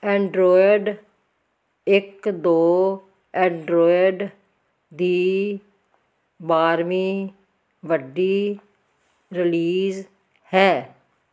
Android ਇੱਕ ਦੋ Android ਦੀ ਬਾਰ੍ਹਵੀਂ ਵੱਡੀ ਰਿਲੀਜ਼ ਹੈ